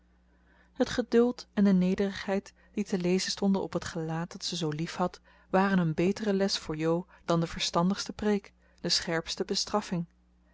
het geduld en de nederigheid die te lezen stonden op het gelaat dat ze zoo liefhad waren een betere les voor jo dan de verstandigste preek de scherpste bestraffing